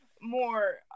more